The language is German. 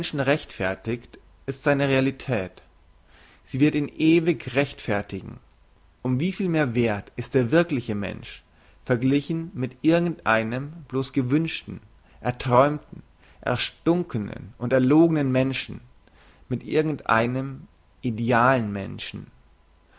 rechtfertigt ist seine realität sie wird ihn ewig rechtfertigen um wie viel mehr werth ist der wirkliche mensch verglichen mit irgend einem bloss gewünschten erträumten erstunkenen und erlogenen menschen mit irgend einem idealen menschen